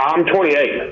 i'm twenty eight.